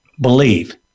believe